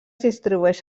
distribueix